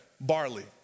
barley